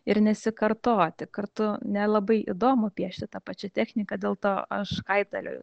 ir nesikartoti kartu nelabai įdomu piešti ta pačia technika dėl to aš kaitalioju